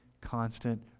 constant